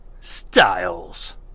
Styles